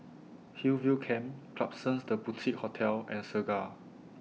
Hillview Camp Klapsons The Boutique Hotel and Segar